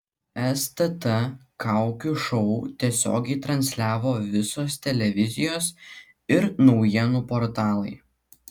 stt kaukių šou tiesiogiai transliavo visos televizijos ir naujienų portalai